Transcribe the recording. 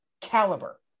caliber